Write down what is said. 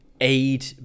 aid